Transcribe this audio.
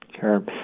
Sure